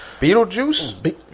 Beetlejuice